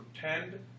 pretend